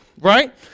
right